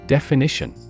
Definition